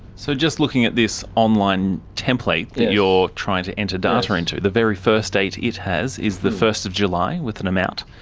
so just looking at this online template that you're trying to enter data into, the very first date it has is the first of july with an amount,